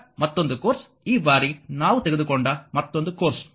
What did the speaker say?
ಈಗ ಮತ್ತೊಂದು ಕೋರ್ಸ್ ಈ ಬಾರಿ ನಾವು ತೆಗೆದುಕೊಂಡ ಮತ್ತೊಂದು ಕೋರ್ಸ್